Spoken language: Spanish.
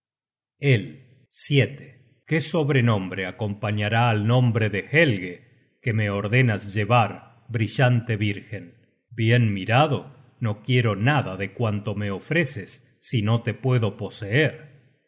el qué sobrenombre acompañará al nombre de helge que me ordenas llevar brillante vírgen bien mirado no quiero nada de cuanto me ofreces si no te puedo poseer